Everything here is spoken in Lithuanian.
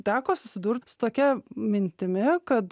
teko susidurt su tokia mintimi kad